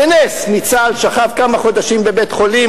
בנס ניצל, שכב כמה חודשים בבית-חולים.